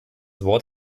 wort